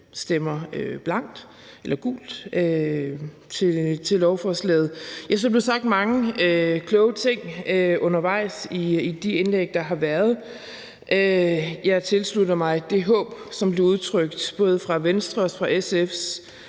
stemmer gult til lovforslaget. Jeg synes, at der blev sagt mange kloge ting undervejs i de indlæg, der har været. Jeg tilslutter mig det håb, som blev udtrykt både fra Venstres, SF's